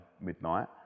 midnight